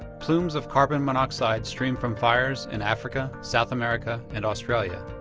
plumes of carbon monoxide stream from fires in africa, south america and australia.